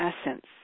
essence